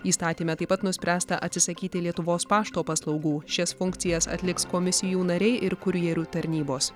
įstatyme taip pat nuspręsta atsisakyti lietuvos pašto paslaugų šias funkcijas atliks komisijų nariai ir kurjerių tarnybos